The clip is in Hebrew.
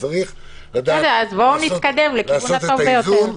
וצריך לדעת לעשות את האיזון -- אז בואו נתקדם לכיוון הטוב ביותר.